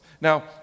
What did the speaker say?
Now